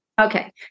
Okay